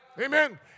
Amen